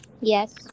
Yes